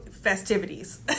festivities